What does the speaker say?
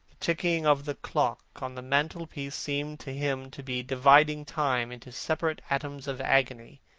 ticking of the clock on the mantelpiece seemed to him to be dividing time into separate atoms of agony,